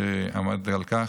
שעמד על כך.